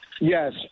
Yes